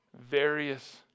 Various